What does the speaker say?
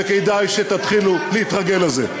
וכדאי שתתחילו להתרגל לזה.